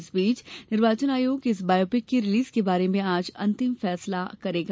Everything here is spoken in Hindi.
इस बीच निर्वाचन आयोग इस बायोपिक की रिलीज के बारे में आज अंतिम फैसला करेगा